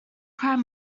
crab